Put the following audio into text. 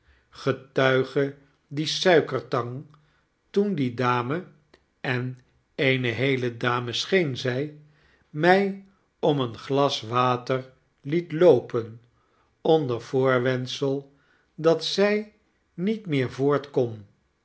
getuige die suikertang toen die dame en eene heele dame scheen zjj mj om een glas water liet loopen onder voorwendsel dat zfl niet meer voort